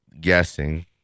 guessing